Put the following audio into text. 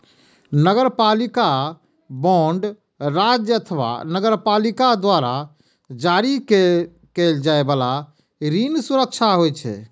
नगरपालिका बांड राज्य अथवा नगरपालिका द्वारा जारी कैल जाइ बला ऋण सुरक्षा होइ छै